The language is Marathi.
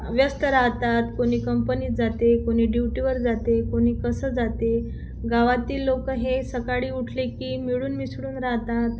व्यस्त राहतात कोणी कंपनीत जाते कोणी ड्युटीवर जाते कोणी कसं जाते गावातील लोकं हे सकाळी उठले की मिळून मिसळून राहतात